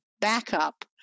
backup